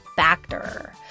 Factor